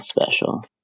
special